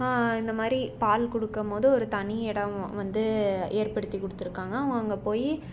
இந்தமாதிரி பால் கொடுக்கம்போது ஒரு தனி இடம் வந்து ஏற்படுத்தி கொடுத்துருக்காங்க அவங்க போய்